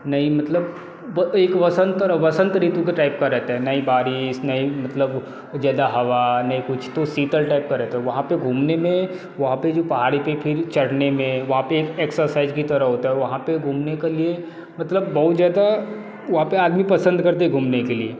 नहीं मतलब एक वसंत वसंत ऋतू टाइप का रहता है ना ही बारिश नहीं मतलब ज़्यादा हवा नहीं कुछ तो शीतल टाइप का टाइप का रहता है वहाँ पर घूमने मैं वहाँ पर जो पहाड़ी पर चढ़ने में वहाँ पर एक्सरसाइज की तरह होता है वहाँ पर घूमने के लिए मतलब बहुत ज़्यादा वहाँ पर आर्मी पसंद करती हैं घूमने के लिए